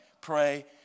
Pray